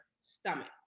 stomach